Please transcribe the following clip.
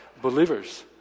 believers